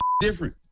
different